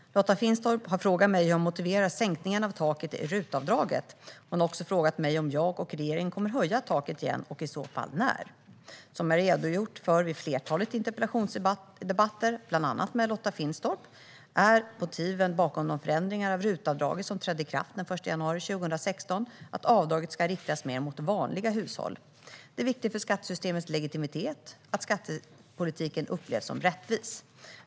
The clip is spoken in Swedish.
Svar på interpellationer Herr talman! Lotta Finstorp har frågat mig hur jag motiverar sänkningen av taket i RUT-avdraget. Hon har också frågat mig om jag och regeringen kommer att höja taket igen och i så fall när. Som jag har redogjort för vid flertalet interpellationsdebatter, bland annat med Lotta Finstorp, är motiven bakom de förändringar av RUT-avdraget som trädde i kraft den 1 januari 2016 att avdraget ska riktas mer mot vanliga hushåll. Det är viktigt för skattesystemets legitimitet att skattepolitiken upplevs som rättvis.